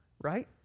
right